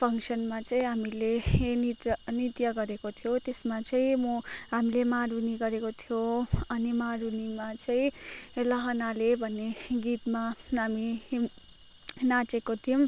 फङ्सनमा चाहिँ हामीले नृत्य नृत्य गरेको थियौँ त्यसमा चाहिँ म हामीले मारुनी गरेको थियौँ अनि मारुनीमा चाहिँ लहनाले भन्ने गीतमा हामी नाचेको थियौँ